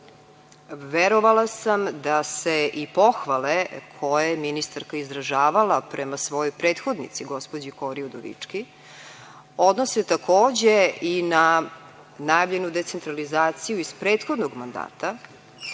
reforma. Verovala sam da se i pohvale koje je ministarka izražavala prema svojoj prethodnici gospođi Kori Udovički, odnose takođe i na najavljenu decentralizaciju iz prethodnog mandata,